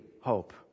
hope